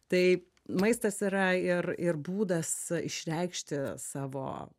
tai maistas yra ir ir būdas išreikšti savo